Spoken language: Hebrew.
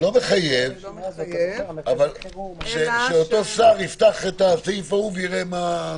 לא מחייב אלא שאותו שר יפתח את הסעיף ההוא ויראה.